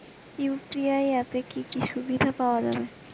UPI অ্যাপে কি কি সুবিধা পাওয়া যাবে?